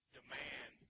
demand